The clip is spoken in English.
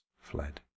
fled